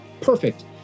Perfect